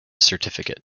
certificate